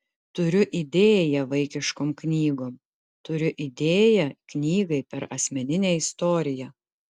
turiu idėją vaikiškom knygom turiu idėją knygai per asmeninę istoriją